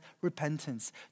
repentance